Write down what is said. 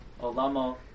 Olamo